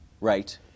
Right